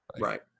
Right